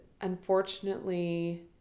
unfortunately